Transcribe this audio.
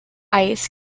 ice